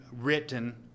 written